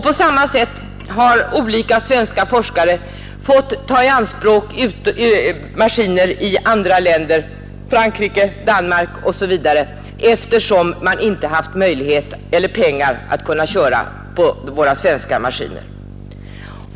På samma sätt har olika svenska forskare fått ta i anspråk maskiner i andra länder, Frankrike, Danmark m.fl., eftersom man inte haft möjlighet eller pengar till att köra på svenska maskiner.